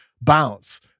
bounce